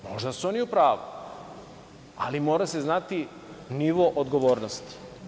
Možda su oni u pravu, ali mora se znati nivo odgovornosti.